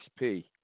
XP